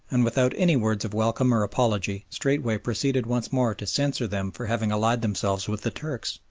and without any words of welcome or apology straightway proceeded once more to censure them for having allied themselves with the turks.